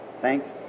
Thanks